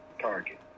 target